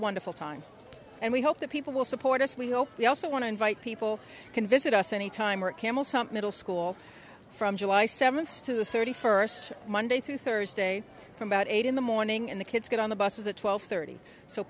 wonderful time and we hope the people will support us we hope we also want to invite people can visit us any time or camel's hump middle school from july seventh to the thirty first monday through thursday from about eight in the morning and the kids get on the buses at twelve thirty so